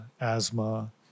asthma